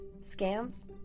scams